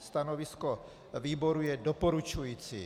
Stanovisko výboru je doporučující.